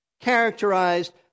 characterized